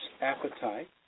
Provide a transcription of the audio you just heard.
appetite